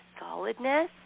solidness